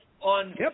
on